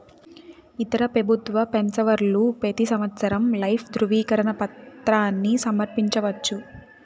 ఇతర పెబుత్వ పెన్సవర్లు పెతీ సంవత్సరం లైఫ్ దృవీకరన పత్రాని సమర్పించవచ్చు